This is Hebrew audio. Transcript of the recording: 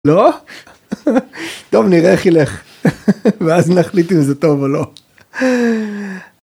לא? טוב נראה איך ילך ואז נחליט אם זה טוב או לא.